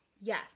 yes